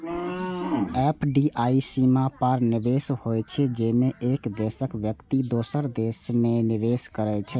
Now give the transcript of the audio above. FDI सीमा पार निवेश होइ छै, जेमे एक देशक व्यक्ति दोसर देश मे निवेश करै छै